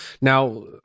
Now